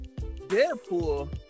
Deadpool